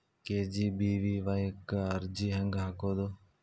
KGBVY ಕ್ಕ ಅರ್ಜಿ ಹೆಂಗ್ ಹಾಕೋದು?